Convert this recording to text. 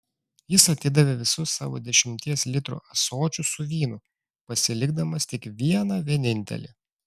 jis atidavė visus savo dešimties litrų ąsočius su vynu pasilikdamas tik vieną vienintelį